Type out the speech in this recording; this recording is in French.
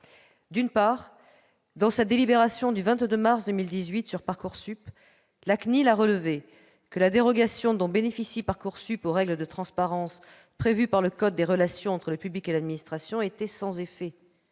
D'une part, dans sa délibération du 22 mars 2018 sur Parcoursup, la CNIL a relevé que la dérogation dont bénéficie Parcoursup aux règles de transparence prévues par le code des relations entre le public et l'administration était sans effet,